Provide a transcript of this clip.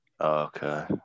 Okay